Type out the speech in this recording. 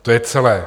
To je celé.